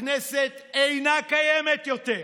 הכנסת אינה קיימת יותר.